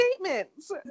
statements